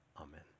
Amen